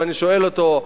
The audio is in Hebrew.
ואני שואל אותו: